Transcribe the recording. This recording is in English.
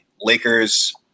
Lakers